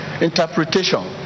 interpretation